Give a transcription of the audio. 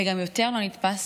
וגם יותר לא נתפס